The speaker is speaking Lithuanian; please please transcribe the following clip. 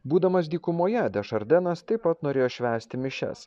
būdamas dykumoje dešardenas taip pat norėjo švęsti mišias